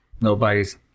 nobody's